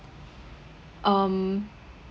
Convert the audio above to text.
um